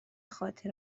خاطر